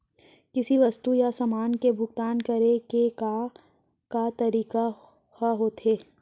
किसी वस्तु या समान के भुगतान करे के का का तरीका ह होथे?